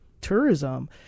tourism